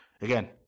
Again